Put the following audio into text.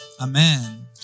Amen